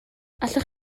allwch